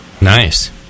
Nice